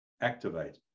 activate